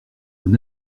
mon